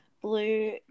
Blue